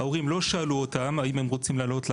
ההורים לא שאלו אותם האם הם רוצים לעלות לארץ.